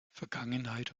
vergangenheit